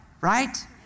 right